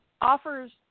offers